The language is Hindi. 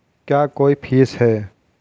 क्या कोई फीस है?